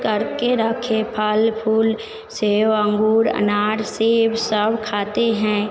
करके रखे फल फूल सेव अंगूर अनार सेब सब खाते हैं